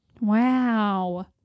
Wow